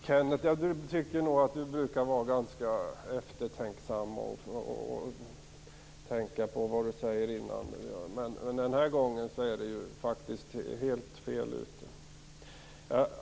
Herr talman! Jag tycker att Kenneth Kvist brukar vara ganska eftertänksam och tänka på vad han säger, men den här gången är han faktiskt helt fel ute.